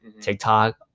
TikTok